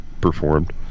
performed